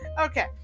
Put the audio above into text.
okay